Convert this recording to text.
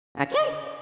Okay